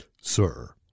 Sir